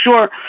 sure